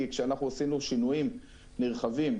כי כשעשינו שינויים נרחבים,